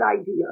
idea